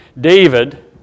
David